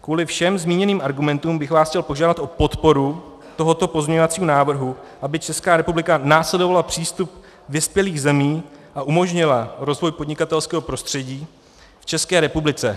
Kvůli všem zmíněným argumentům bych vás chtěl požádat o podporu tohoto pozměňovacího návrhu, aby Česká republika následovala přístup vyspělých zemí a umožnila rozvoj podnikatelského prostředí v České republice.